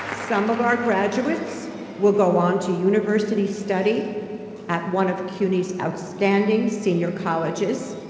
some of our graduates will go on to university study at one of cuny's outstanding senior colleges,